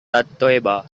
tatoeba